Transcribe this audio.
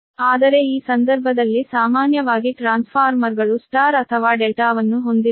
ಆದರೆ ಈ ಸಂದರ್ಭದಲ್ಲಿ ಸಾಮಾನ್ಯವಾಗಿ ಟ್ರಾನ್ಸ್ಫಾರ್ಮರ್ಗಳು ನೀವು ಸ್ಟಾರ್ ಅಥವಾ ಡೆಲ್ಟಾವನ್ನು ಹೊಂದಿರುತ್ತವೆ